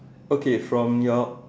okay from your